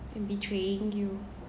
and betraying you